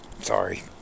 sorry